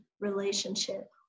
relationship